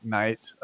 night